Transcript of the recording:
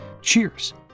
Cheers